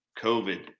COVID